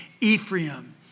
Ephraim